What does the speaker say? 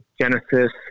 Genesis